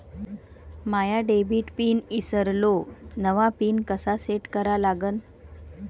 माया debit pin ईसरलो, नवा pin कसा सेट करा लागन?